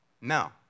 No